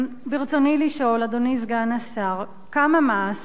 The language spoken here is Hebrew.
ברצוני לשאול, אדוני סגן השר: כמה מס,